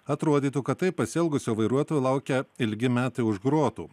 atrodytų kad taip pasielgusio vairuotojo laukia ilgi metai už grotų